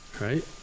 Right